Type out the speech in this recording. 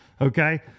okay